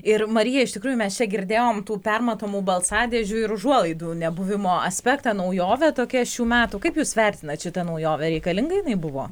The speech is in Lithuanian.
ir marija iš tikrųjų mes čia girdėjom tų permatomų balsadėžių ir užuolaidų nebuvimo aspektą naujovė tokia šių metų kaip jūs vertinate šitą naujovę reikalinga jinai buvo